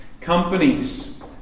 Companies